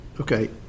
Okay